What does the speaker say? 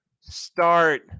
start